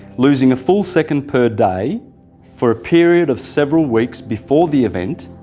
losing a full second per day for a period of several weeks before the event,